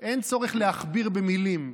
אין צורך להכביר מילים.